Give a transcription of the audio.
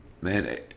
man